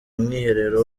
mwiherero